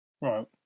Right